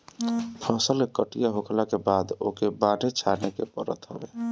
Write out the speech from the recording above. फसल के कटिया होखला के बाद ओके बान्हे छाने के पड़त हवे